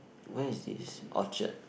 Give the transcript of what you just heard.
where is this Orchard